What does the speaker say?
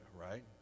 right